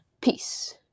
Peace